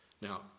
Now